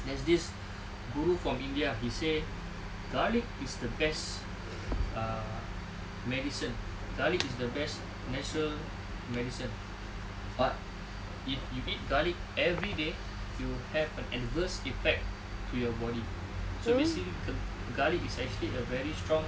there's this guru from india he say garlic is the best uh medicine garlic is the best natural medicine but if you eat garlic everyday you will have adverse effect to you body so basically garlic is actually a very strong